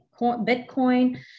Bitcoin